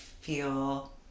feel